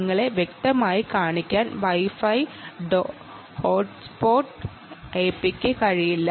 നിങ്ങളെ വ്യക്തമായി കാണിക്കാൻ Wi Fi ഡോട്ട് സോഫ്റ്റ് എപിക്ക് കഴിയില്ല